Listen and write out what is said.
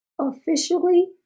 officially